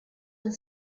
and